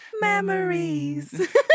Memories